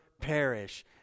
perish